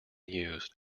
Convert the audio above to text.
used